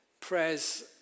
prayers